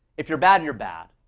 if you're bad, you're bad.